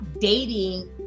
dating